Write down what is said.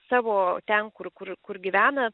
savo ten kur kur kur gyvena